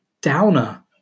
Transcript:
downer